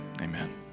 amen